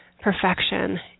perfection